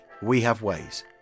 wehaveways